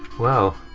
wow.